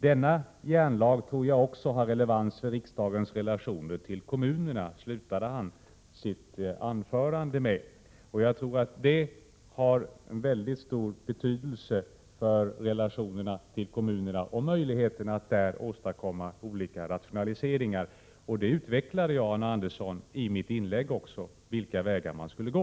Denna järnlag tror jag också har relevans för riksdagens relationer till kommunerna.” Jag tror att detta har en mycket stor betydelse för relationerna till kommunerna och för möjligheterna till att där åstadkomma olika rationaliseringar. Jag utvecklade också i mitt inlägg, Arne Andersson, vilka vägar man skulle gå.